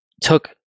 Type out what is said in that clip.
took